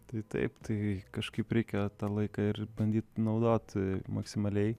tai taip tai kažkaip reikia tą laiką ir bandyt naudot maksimaliai